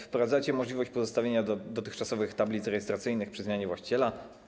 Wprowadzacie możliwość pozostawienia dotychczasowych tablic rejestracyjnych przy zmianie właściciela.